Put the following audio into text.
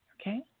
Okay